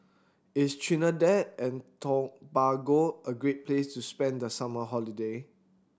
is Trinidad and Tobago a great place to spend the summer holiday